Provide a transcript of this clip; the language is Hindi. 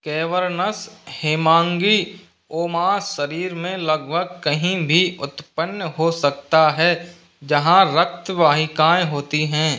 कैवर्नस हेमांगी ओमास शरीर में लगभग कहीं भी उत्पन्न हो सकता है जहाँ रक्त वाहिकाएँ होती हैं